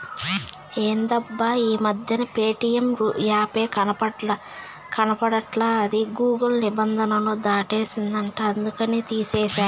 ఎందబ్బా ఈ మధ్యన ప్యేటియం యాపే కనబడట్లా అది గూగుల్ నిబంధనలు దాటేసిందంట అందుకనే తీసేశారు